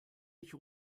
ich